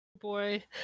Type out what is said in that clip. Boy